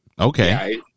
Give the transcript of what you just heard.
okay